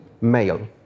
male